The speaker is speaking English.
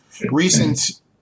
recent